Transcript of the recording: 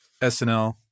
snl